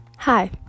hi